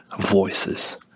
voices